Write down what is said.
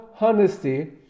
honesty